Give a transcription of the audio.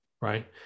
Right